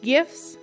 Gifts